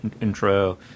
intro